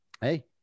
Hey